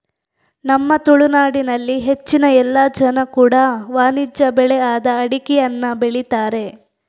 ನಮ್ಮ ತುಳುನಾಡಿನಲ್ಲಿ ಹೆಚ್ಚಿನ ಎಲ್ಲ ಜನ ಕೂಡಾ ವಾಣಿಜ್ಯ ಬೆಳೆ ಆದ ಅಡಿಕೆಯನ್ನ ಬೆಳೀತಾರೆ